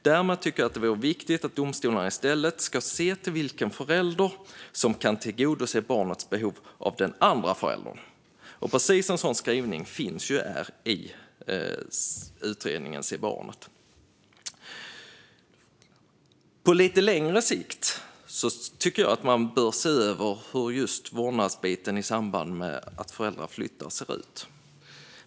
Jag tycker att det vore bra om domstolarna i stället såg till vilken förälder som kan tillgodose barnets behov av den andra föräldern, och precis en sådan skrivning finns i Se barnet! På lite längre sikt tycker jag att man bör se över hur just vårdnadsbiten ser ut i samband med att föräldrar flyttar.